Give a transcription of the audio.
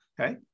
Okay